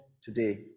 today